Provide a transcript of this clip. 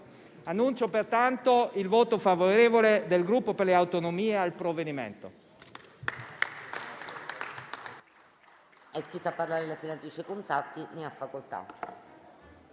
Annuncio pertanto il voto favorevole del Gruppo Per le Autonomie al provvedimento.